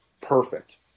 perfect